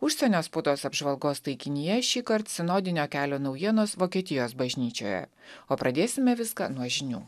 užsienio spaudos apžvalgos taikinyje šįkart sinodinio kelio naujienos vokietijos bažnyčioje o pradėsime viską nuo žinių